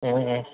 ꯎꯝ ꯎꯝ